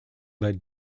that